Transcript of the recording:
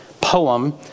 poem